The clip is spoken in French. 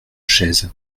chaises